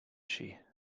she